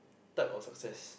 type of success